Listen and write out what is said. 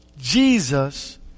Jesus